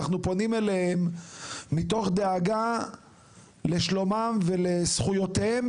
אנחנו פונים אליהם מתוך דאגה לשלומם ולזכויותיהם